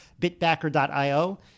bitbacker.io